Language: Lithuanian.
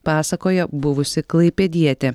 pasakoja buvusi klaipėdietė